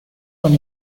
con